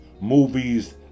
movies